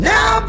Now